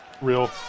Real